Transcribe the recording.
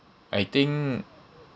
I think